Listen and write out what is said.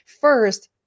first